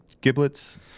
giblets